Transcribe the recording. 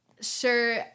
sure